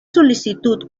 sol·licitud